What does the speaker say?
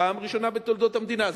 פעם ראשונה בתולדות המדינה.